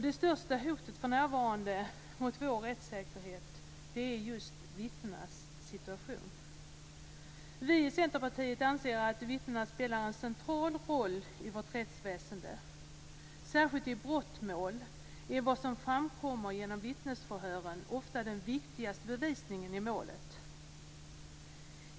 Det största hotet för närvarande mot vår rättssäkerhet är vittnenas situation. Vi i Centerpartiet anser att vittnena spelar en central roll i vårt rättsväsende. Särskilt i brottmål är vad som framkommer genom vittnesförhören ofta den viktigaste bevisningen i målet.